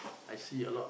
I see a lot